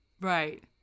Right